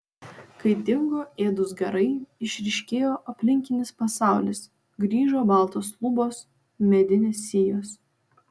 kai dingo ėdūs garai išryškėjo aplinkinis pasaulis grįžo baltos lubos medinės sijos